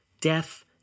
death